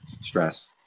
stress